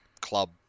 club